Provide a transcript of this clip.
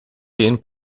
geen